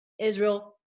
Israel